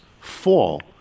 fall